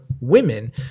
women